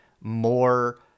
more